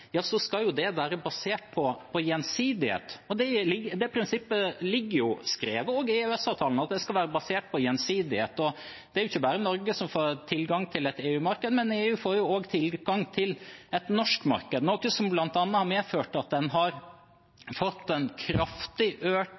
skal jo det være basert på gjensidighet, og det prinsippet står også skrevet i EØS-avtalen, at det skal være basert på gjensidighet. Det er jo ikke bare Norge som får tilgang til et EU-marked. EU får også tilgang til et norsk marked, noe som bl.a. har medført at en har fått en kraftig økt